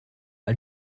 all